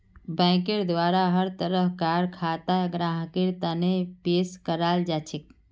बैंकेर द्वारा हर तरह कार खाता ग्राहकेर तने पेश कराल जाछेक